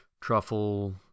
truffle